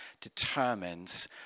determines